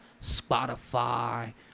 Spotify